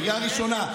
בקריאה ראשונה.